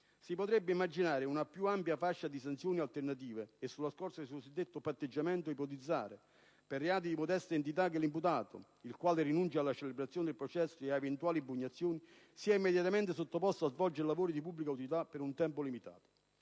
Si potrebbe immaginare una più ampia fascia di sanzioni alternative e, sulla scorta del cosiddetto patteggiamento, ipotizzare per reati di modesta entità che l'imputato che rinunci alla celebrazione del processo e ad eventuali impugnazioni sia immediatamente sottoposto a svolgere lavori di pubblica utilità per un tempo limitato.